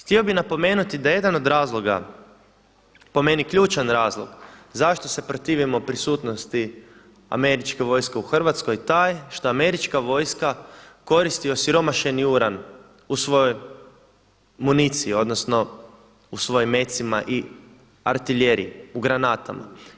Htio bi napomenuti da jedan od razloga po meni ključan razlog zašto se protivimo prisutnosti američke vojske u Hrvatskoj je taj što američka vojska koristi osiromašeni uran u svojoj municiji odnosno u svojim mecima i artiljeriji u granatama.